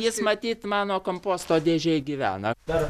jis matyt mano komposto dėžėj gyvena